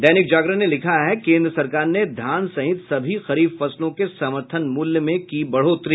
दैनिक जागरण ने लिखा है केन्द्र सरकार ने धान सहित सभी खरीफ फसलों के समर्थन मूल्य में क बढ़ोतरी